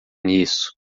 nisso